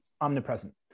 omnipresent